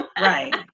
Right